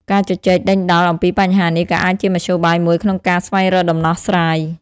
ការជជែកដេញដោលអំពីបញ្ហានេះក៏អាចជាមធ្យោបាយមួយក្នុងការស្វែងរកដំណោះស្រាយ។